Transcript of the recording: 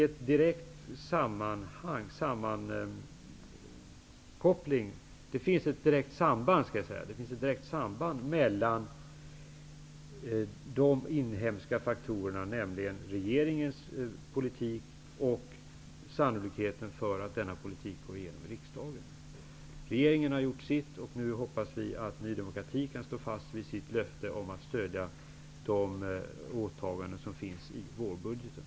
Så det finns ett direkt samband mellan räntan och de inhemska faktorerna, nämligen regeringens politik och sannolikheten för att denna politik går igenom i riksdagen. Regeringen har gjort sitt, och nu hoppas vi att Ny demokrati skall stå fast vid sitt löfte om att stödja de åtaganden som finns i vårbudgeten.